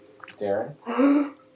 Darren